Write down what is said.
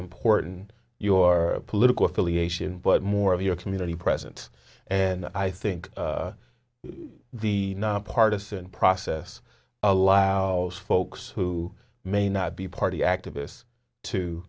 important your political affiliation but more of your community present and i think the nonpartizan process allow folks who may not be party activists to